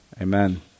amen